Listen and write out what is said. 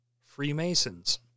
Freemasons